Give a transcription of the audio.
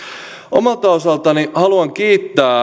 omalta osaltani haluan kiittää